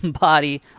body